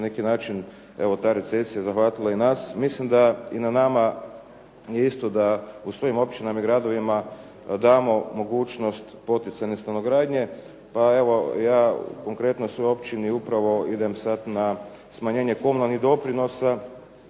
neki način, evo ta recesija zahvatila i nas. Mislim da i na nama je isto da u svojim općinama i gradovima damo mogućnost poticajne stanogradnje, pa evo, ja konkretno u svojoj općini upravo idem sad na smanjenje komunalnih doprinosa,